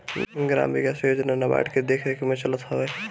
gram विकास योजना नाबार्ड के देखरेख में चलत हवे